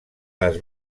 les